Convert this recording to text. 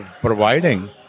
providing